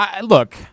Look